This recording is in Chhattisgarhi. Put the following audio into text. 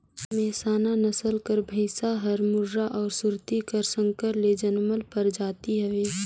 मेहसाना नसल कर भंइस हर मुर्रा अउ सुरती का संकर ले जनमल परजाति हवे